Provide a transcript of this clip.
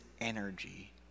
energy